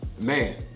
Man